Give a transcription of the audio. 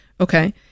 Okay